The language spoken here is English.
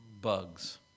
bugs